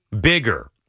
bigger